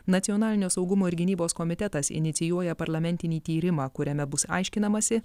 nacionalinio saugumo ir gynybos komitetas inicijuoja parlamentinį tyrimą kuriame bus aiškinamasi